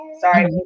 Sorry